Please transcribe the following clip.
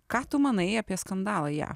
ką tu manai apie skandalą jav